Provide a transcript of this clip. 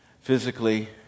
physically